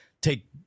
take